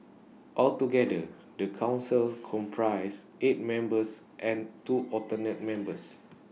altogether the Council comprises eight members and two alternate members